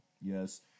Yes